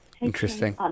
Interesting